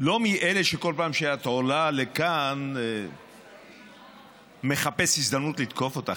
לא מאלה שכל פעם שאת עולה לכאן מחפש הזדמנות לתקוף אותך,